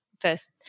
First